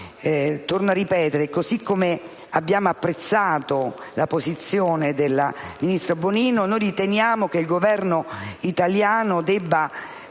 Torno a ripetere: così come abbiamo apprezzato la posizione della ministro Bonino, riteniamo che il Governo italiano debba